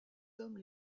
hommes